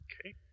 Okay